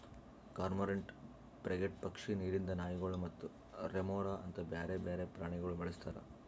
cormorant, frigate ಪಕ್ಷಿ, ನೀರಿಂದ್ ನಾಯಿಗೊಳ್ ಮತ್ತ ರೆಮೊರಾ ಅಂತ್ ಬ್ಯಾರೆ ಬೇರೆ ಪ್ರಾಣಿಗೊಳ್ ಬಳಸ್ತಾರ್